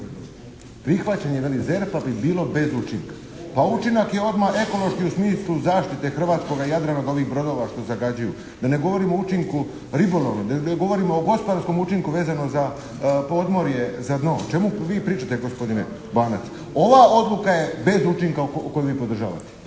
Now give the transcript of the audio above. Prihvaćanje veli ZERP-a bi bilo bez učinka. Pa učinak je odmah ekološki u smislu zaštite hrvatskoga Jadrana od ovih brodova što zagađuju, da ne govorim o učinku ribolova, da ne govorimo o gospodarskom učinku vezano za podmorje, za dno. O čemu vi pričate gospodine Banac? Ova odluka je bez učinka koju vi podržavate,